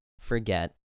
forget